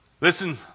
Listen